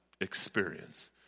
experience